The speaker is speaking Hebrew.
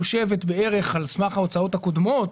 מחושבת בערך על סמך ההוצאות הקודמות,